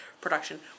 production